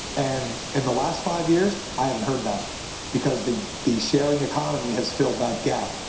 and and the last five years i haven't heard that because the the sharing economy has filled that gap.